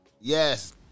yes